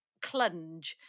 clunge